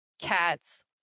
cats